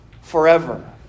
forever